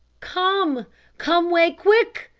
come come way quick,